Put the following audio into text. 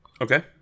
Okay